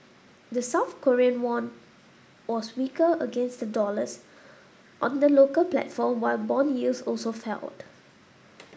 the South Korean won was weaker against the dollars on the local platform while bond yields also felt